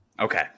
Okay